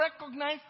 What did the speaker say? recognize